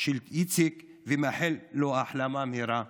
של איציק, ולאחל לו החלמה מהירה.